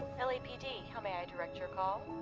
l a p d. how may i direct your call?